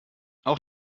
auch